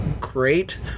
great